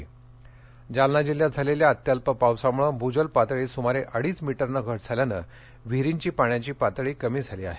पाणी टंचाई जालना जालना जिल्ह्यात झालेल्या अत्यल्प पावसामुळं भूजलपातळीत सुमारे अडीच मीटरनं घट झाल्यानं विहिरींची पाण्याची पातळी कमी झाली आहे